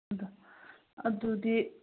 ꯑꯗꯨ ꯑꯗꯨꯗꯤ